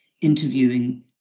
interviewing